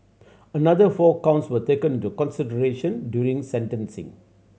another four counts were taken to consideration during sentencing